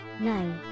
no